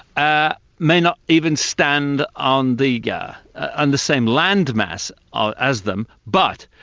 ah may not even stand on the yeah and same landmass ah as them, but